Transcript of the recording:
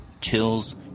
chills